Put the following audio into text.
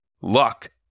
luck